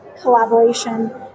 collaboration